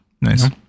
Nice